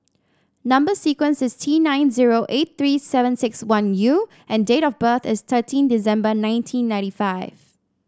number sequence is T nine zero eight three seven six one U and date of birth is thirteen December nineteen ninety five